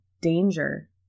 danger